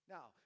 Now